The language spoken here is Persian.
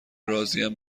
راضیم